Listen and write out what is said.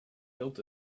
built